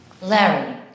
Larry